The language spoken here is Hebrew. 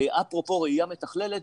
אפרופו ראייה מתכללת,